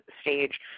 stage